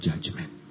judgment